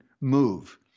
move